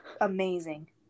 amazing